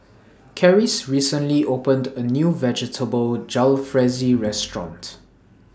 Karis recently opened A New Vegetable Jalfrezi Restaurant